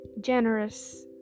generous